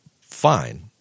fine